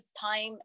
time